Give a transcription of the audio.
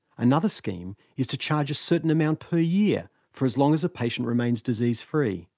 another scheme is to charge a certain amount per year for as long as patients remain disease free